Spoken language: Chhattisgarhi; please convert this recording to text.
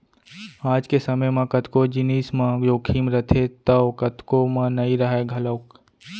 आज के समे म कतको जिनिस म जोखिम रथे तौ कतको म नइ राहय घलौक